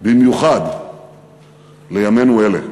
במיוחד לימינו אלה: